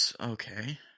Okay